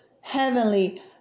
heavenly